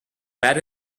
bad